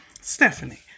Stephanie